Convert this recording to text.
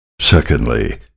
Secondly